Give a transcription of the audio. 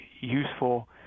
useful